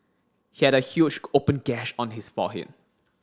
he had a huge open gash on his forehead